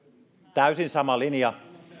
täysin sama linja